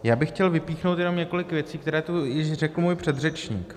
Já bych chtěl vypíchnout jenom několik věcí, které tu již řekl můj předřečník.